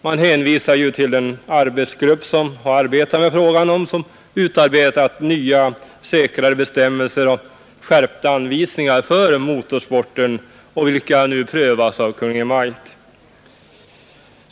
Man hänvisar till den arbetsgrupp som har sysslat med frågan och som utarbetat nya och säkrare bestämmelser samt skärpta anvisningar för motorsporten vilka nu prövas av Kungl. Maj:t.